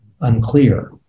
unclear